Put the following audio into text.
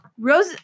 Rose